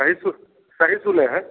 सही सु सही सुने हैं